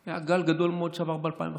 היה גל מאוד גדול שעבר ב-2015.